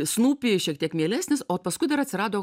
snūpi šiek tiek mielesnis o paskui dar atsirado